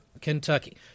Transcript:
Kentucky